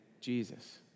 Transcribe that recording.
Jesus